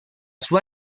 sua